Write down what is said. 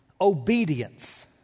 obedience